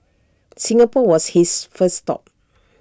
Singapore was his first stop